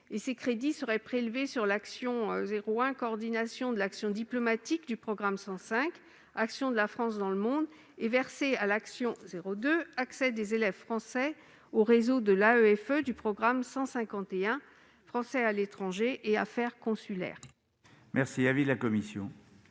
Ces crédits seraient prélevés sur l'action n° 01, Coordination de l'action diplomatique, du programme 105, « Action de la France dans le monde », et versés à l'action n° 02, Accès des élèves français au réseau de l'AEFE, du programme 151, « Français à l'étranger et affaires consulaires ». Quel est l'avis de la commission